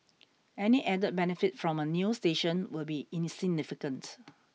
any added benefit from a new station will be insignificant